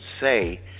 say